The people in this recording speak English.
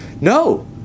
No